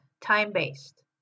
Time-Based